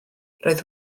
roedd